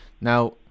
Now